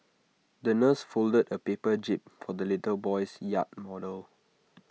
the nurse folded A paper jib for the little boy's yacht model